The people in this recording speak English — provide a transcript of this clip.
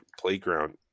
Playground